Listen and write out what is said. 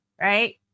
right